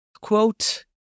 quote